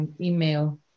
email